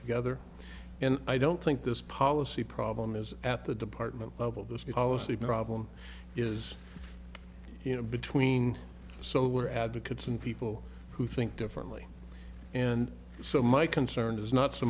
together and i don't think this policy problem is at the department level the problem is you know between so we're advocates and people who think differently and so my concern is not so